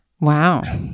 Wow